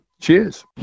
Cheers